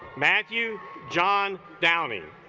matthew john downey